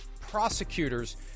prosecutors